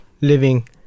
living